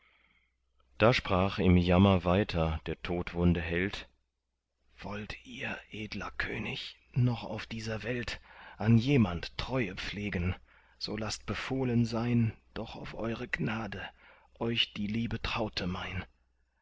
da sprach im jammer weiter der todwunde held wollt ihr edler könig noch auf dieser welt an jemand treue pflegen so laßt befohlen sein doch auf eure gnade euch die liebe traute mein